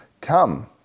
Come